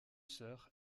sœurs